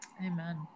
amen